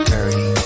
Dirty